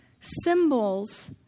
symbols